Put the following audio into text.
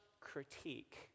critique